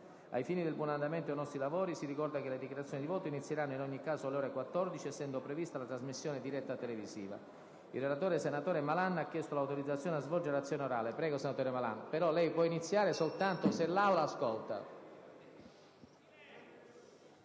Ai fini del buon andamento dei nostri lavori, si ricorda che le dichiarazioni di voto inizieranno in ogni caso alle ore 14, essendo prevista la trasmissione diretta televisiva. Ilrelatore, senatore Malan, ha chiesto l'autorizzazione a svolgere la relazione orale. Non facendosi osservazioni, la richiesta si intende accolta.